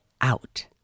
out